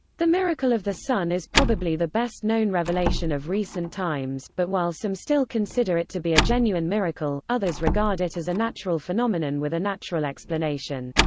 the miracle of the sun is probably the best-known revelation of recent times, but while some still consider it to be a genuine miracle, others regard it as a natural phenomenon with a natural explanation.